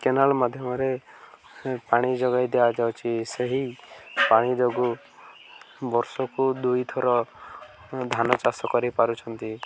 canal ମାଧ୍ୟମରେ ପାଣି ଯୋଗାଇ ଦିଆଯାଉଛି ସେହି ପାଣି ଯୋଗୁଁ ବର୍ଷକୁ ଦୁଇଥର ଧାନ ଚାଷ କରିପାରୁଛନ୍ତି